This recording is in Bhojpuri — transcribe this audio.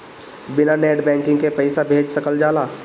बिना नेट बैंकिंग के पईसा भेज सकल जाला?